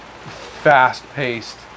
fast-paced